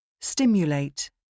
Stimulate